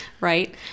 Right